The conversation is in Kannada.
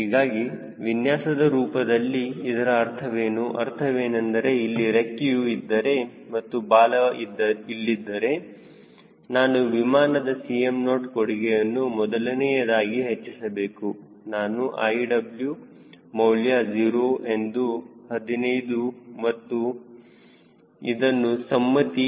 ಹೀಗಾಗಿ ವಿನ್ಯಾಸದ ರೂಪದಲ್ಲಿ ಇದರ ಅರ್ಥವೇನು ಅರ್ಥವೇನೆಂದರೆ ಇಲ್ಲಿ ರೆಕ್ಕೆಯು ಇದ್ದರೆ ಮತ್ತು ಬಾಲ ಇಲ್ಲಿದ್ದರೆ ನಾನು ವಿಮಾನದ Cm0 ಕೊಡುಗೆಯನ್ನು ಮೊದಲನೆಯದಾಗಿ ಹೆಚ್ಚಿಸಬಹುದು ನಾನು iw ಮೌಲ್ಯ 0 ಎಂದು 15 ಮತ್ತು ಇದನ್ನು ಸಮ್ಮತಿ ಎನ್ನುತ್ತೇನೆ